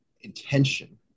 intention